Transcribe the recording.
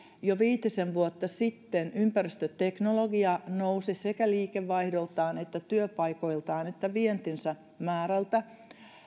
jo viitisen vuotta sitten ympäristöteknologia nousi sekä liikevaihdoltaan että työpaikoiltaan että vientinsä määrältään